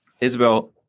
Isabel